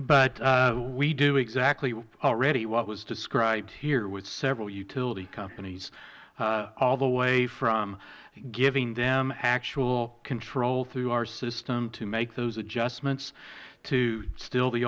but we do exactly already what was described here with several utility companies all the way from giving them actual control through our system to make those adjustments to still the